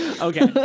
Okay